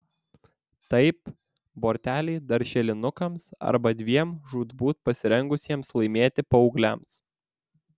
taip borteliai darželinukams arba dviem žūtbūt pasirengusiems laimėti paaugliams